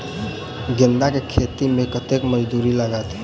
गेंदा केँ खेती मे कतेक मजदूरी लगतैक?